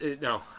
No